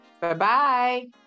Bye-bye